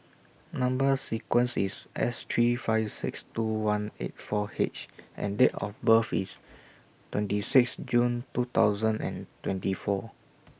Number sequence IS S three five six two one eight four H and Date of birth IS twenty six June two thousand and twenty four